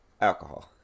Alcohol